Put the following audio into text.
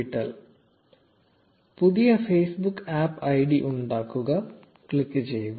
0220 പുതിയ Facebook app ID ഉണ്ടാക്കുക click ചെയ്യുക